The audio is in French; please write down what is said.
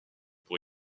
pour